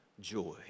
joy